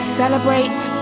celebrate